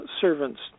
servants